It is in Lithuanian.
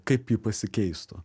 kaip ji pasikeistų